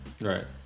right